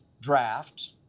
draft